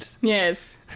Yes